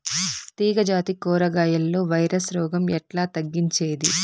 తీగ జాతి కూరగాయల్లో వైరస్ రోగం ఎట్లా తగ్గించేది?